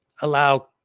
allow